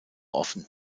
offen